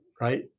right